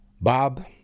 Bob